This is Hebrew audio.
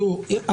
תראו,